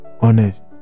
honest